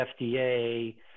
FDA